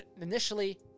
Initially